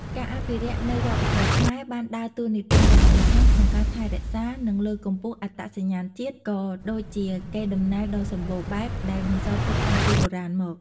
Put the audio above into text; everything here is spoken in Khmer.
ការអភិរក្សនៅវប្បធម៌ខ្មែរ បានដើរតួនាទីយ៉ាងសំខាន់ក្នុងការថែរក្សា និងលើកកម្ពស់អត្តសញ្ញាណជាតិ ក៏ដូចជាកេរដំណែលដ៏សម្បូរបែបដែលបន្សល់ទុកតាំងពីបុរាណមក។